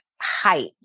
height